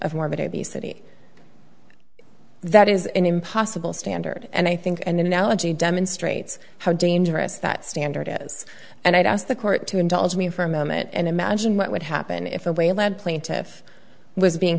of morbid obesity that is an impossible standard and i think an analogy demonstrates how dangerous that standard is and i'd ask the court to indulge me for a moment and imagine what would happen if a whale lead plaintiff was being